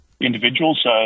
individuals